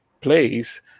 place